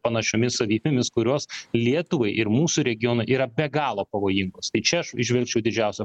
panašiomis savybėmis kurios lietuvai ir mūsų regionui yra be galo pavojingos tai čia aš įžvelgčiau didžiausią